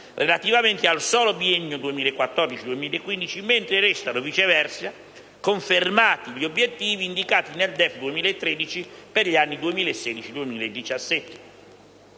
relativamente al solo biennio 2014-2015, mentre restano, viceversa, confermati gli obiettivi indicati nel DEF 2013 per gli anni 2016-2017.